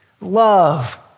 Love